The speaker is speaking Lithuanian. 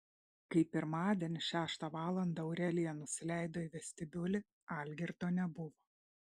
kai pirmadienį šeštą valandą aurelija nusileido į vestibiulį algirdo nebuvo